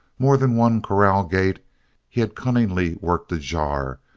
more than one corral gate he had cunningly worked ajar,